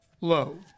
low